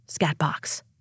Scatbox